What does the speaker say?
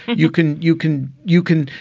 you can. you can, you can.